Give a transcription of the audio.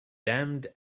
damned